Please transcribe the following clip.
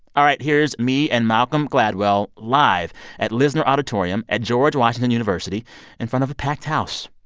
all right, here's me and malcolm gladwell live at lisner auditorium at george washington university in front of a packed house.